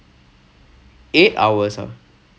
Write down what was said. I wouldn't necessarily ya ya ya